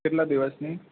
કેટલા દિવસની